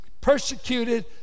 persecuted